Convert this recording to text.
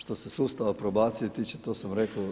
Što se sustava probacije tiče to sam rekao.